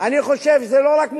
אני חושב שהוא לא רק מוסמך,